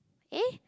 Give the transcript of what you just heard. eh